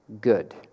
good